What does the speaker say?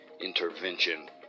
intervention